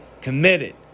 committed